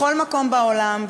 בכל מקום בעולם,